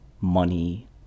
money